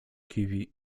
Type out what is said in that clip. kiwi